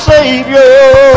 Savior